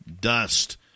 Dust